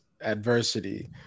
adversity